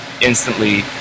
Instantly